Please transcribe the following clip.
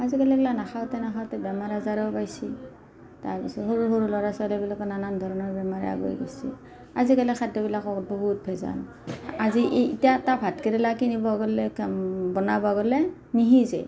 আজিকালি এইগিলা নাখাওঁতে নাখাওঁতে বেমাৰ আজাৰো পাইছে তাৰপিছত সৰু সৰু ল'ৰা ছোৱালীবিলাকৰ নানান বেমাৰে আগুৰি ধৰিছে আজিকালি খাদ্যবিলাকত বহুত ভেজাল আজি এই এতিয়া এটা ভাতকেৰেলা কিনিব গ'লে বনাব গ'লে নিসিজে